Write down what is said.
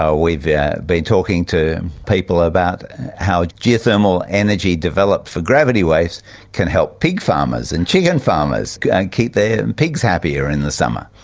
we've yeah been talking to people about how geothermal energy developed for gravity waves can help pig farmers and chicken farmers and keep their pigs happier in the summer.